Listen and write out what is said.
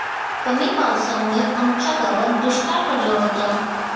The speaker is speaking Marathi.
कमी पावसामुळे आमच्या गावात दुष्काळ पडला होता